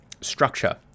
structure